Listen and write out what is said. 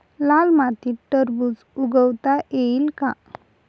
लाल मातीत टरबूज उगवता येईल का?